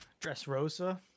Dressrosa